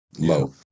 low